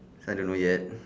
so I don't know yet